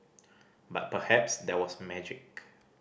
but perhaps there was magic